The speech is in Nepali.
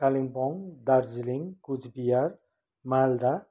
कालिम्पोङ दार्जिलिङ कुचबिहार मालदा